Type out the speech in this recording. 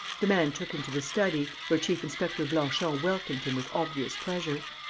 the man took him to the study, where chief-inspector blanchon welcomed him with obvious pleasure.